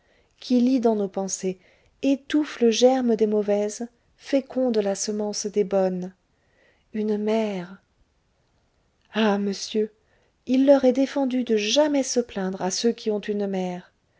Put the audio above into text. qui lit dans nos pensées étouffe le germe des mauvaises féconde la semence des bonnes une mère ah monsieur il leur est défendu de jamais se plaindre à ceux qui ont une mère